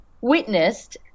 witnessed